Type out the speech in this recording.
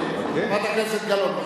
חברת הכנסת גלאון, בבקשה.